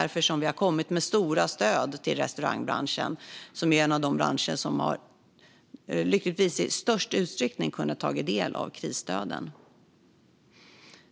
Det är också därför vi har kommit med stora stöd till restaurangbranschen, som är en av de branscher som lyckligtvis i störst utsträckning har kunnat ta del av krisstöden.